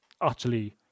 utterly